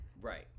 right